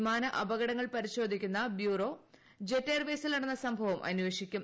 വിമാന അപകടങ്ങൾ പരിശോധിക്കുന്ന ബ്യൂറോ ജെറ്റ് എയർവെയ്സിൽ നടന്ന സംഭവം അന്വേഷിക്കും